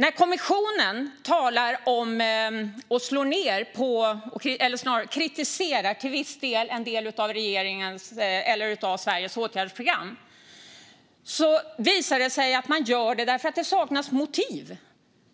När kommissionen till viss del kritiserar Sveriges åtgärdsprogram visar det sig att man gör det därför att det saknas motiv.